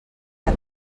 que